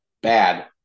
bad